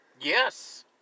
Yes